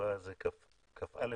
בסופו יבוא "והוא רשאי,